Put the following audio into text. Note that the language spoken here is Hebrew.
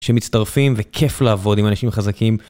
שמצטרפים וכיף לעבוד עם אנשים חזקים.